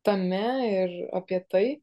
tame ir apie tai